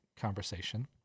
conversation